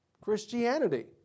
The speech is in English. Christianity